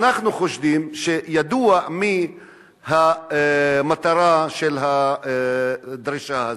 ואנחנו חושדים שידוע מי המטרה של הדרישה הזו.